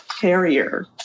carrier